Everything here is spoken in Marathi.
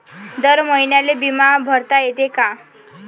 दर महिन्याले बिमा भरता येते का?